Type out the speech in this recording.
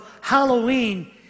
Halloween